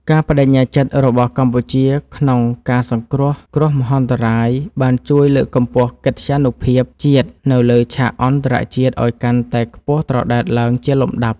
ការប្តេជ្ញាចិត្តរបស់កម្ពុជាក្នុងការសង្គ្រោះគ្រោះមហន្តរាយ បានជួយលើកកម្ពស់កិត្យានុភាពជាតិនៅលើឆាកអន្តរជាតិឱ្យកាន់តែខ្ពស់ត្រដែតឡើងជាលំដាប់។